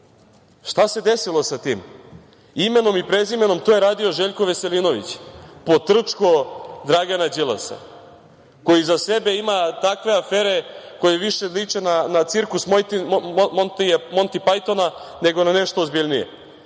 Šta se desilo sa tim? Imenom i prezimenom, to je radio Željko Veselinović, potrčko Dragana Đilasa, koji iza sebe ima takve afere koje više liče na cirkus Montija Pajtona, nego na nešto ozbiljnije.